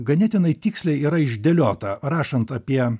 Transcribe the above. ganėtinai tiksliai yra išdėliota rašant apie